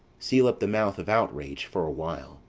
seal up the mouth of outrage for a while,